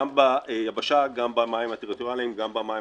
גם ביבשה, גם במים הטריטוריאליים, גם במים